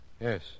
yes